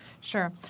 Sure